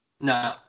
No